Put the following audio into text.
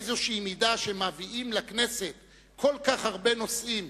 איזו מידה שמביאים לכנסת כל כך הרבה נושאים,